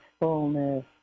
fullness